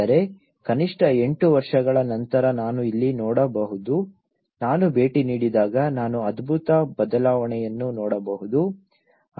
ಅಂದರೆ ಕನಿಷ್ಠ ಎಂಟು ವರ್ಷಗಳ ನಂತರ ನಾನು ಇಲ್ಲಿ ನೋಡಬಹುದು ನಾನು ಭೇಟಿ ನೀಡಿದಾಗ ನಾನು ಅದ್ಭುತ ಬದಲಾವಣೆಯನ್ನು ನೋಡಬಹುದು